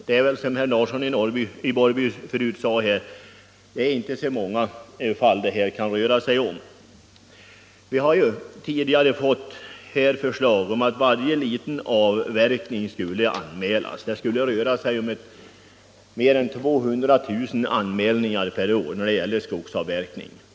Det är väl, som herr Larsson i Borrby sade förut, inte så många fall det kan röra sig om. Vi har tidigare fått förslag om att varje liten skogsavverkning skulle anmälas. Det skulle i så fall röra sig om mer än 200 000 anmälningar per år när det gäller skogsavverkningar.